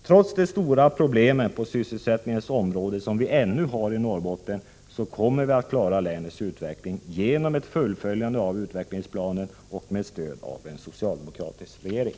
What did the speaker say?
Trots de stora problem på sysselsättningens område som vi ännu har i Norrbotten, kommer vi att klara länets utveckling genom ett fullföljande av utvecklingsplanen med stöd av en socialdemokratisk regering.